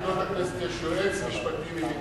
בפעם הראשונה בתולדות הכנסת יש יועץ משפטי ממין זכר.